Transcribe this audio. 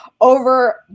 Over